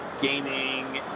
gaming